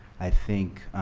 i think